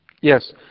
Yes